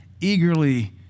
eagerly